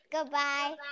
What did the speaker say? Goodbye